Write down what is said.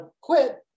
quit